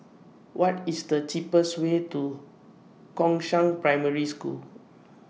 What IS The cheapest Way to Gongshang Primary School